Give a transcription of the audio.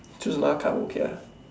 choose another card okay ah